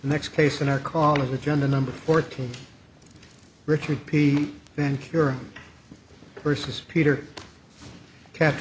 next case in our call of agenda number fourteen richard p and cure versus peter cat